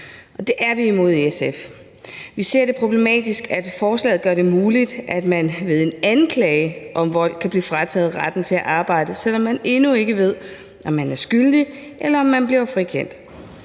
det er vi i SF imod. Vi ser det som problematisk, at forslaget gør det muligt, at man ved en anklage om vold kan blive frataget retten til at arbejde, selv om vi endnu ikke ved, om man er skyldig, eller om man bliver frikendt.